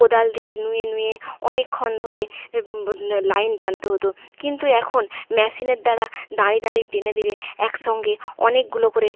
কোদাল দিয়ে নুয়ে নুয়ে অনেকক্ষণ ধরে লাইন টানতে হতো কিন্তু এখন মেশিনের দ্বারা দাঁড়িয়ে দাঁড়িয়ে টেনে দিলে এক সঙ্গে অনেকগুলো করে